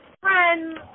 friends